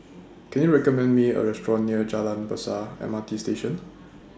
Can YOU recommend Me A Restaurant near Jalan Besar M R T Station